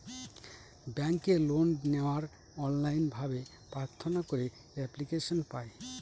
ব্যাঙ্কে লোন নেওয়ার অনলাইন ভাবে প্রার্থনা করে এপ্লিকেশন পায়